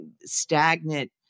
stagnant